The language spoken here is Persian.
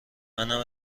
منم